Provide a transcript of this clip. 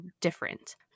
different